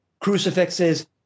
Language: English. crucifixes